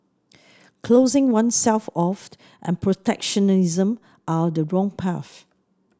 closing oneself off and protectionism are the wrong path